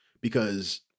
Because-